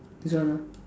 this one ah